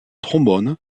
trombone